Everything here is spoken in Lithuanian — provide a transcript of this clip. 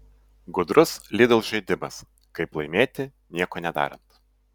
gudrus lidl žaidimas kaip laimėti nieko nedarant